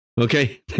Okay